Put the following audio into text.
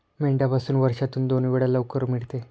मेंढ्यापासून वर्षातून दोन वेळा लोकर मिळते